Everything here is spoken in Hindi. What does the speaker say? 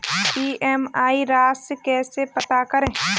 ई.एम.आई राशि कैसे पता करें?